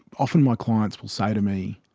often my clients will say to me,